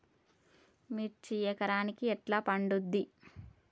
మిర్చి ఎకరానికి ఎట్లా పండుద్ధి?